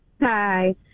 Hi